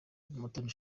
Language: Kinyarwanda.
umutoni